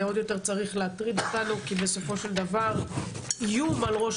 זה עוד יותר צריך להטריד אותנו כי בסופו של דבר איום על ראש